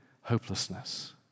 hopelessness